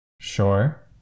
Sure